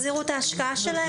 הם החזירו את ההשקעה שלהם?